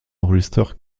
enregistreur